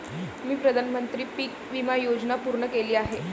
मी प्रधानमंत्री पीक विमा योजना पूर्ण केली आहे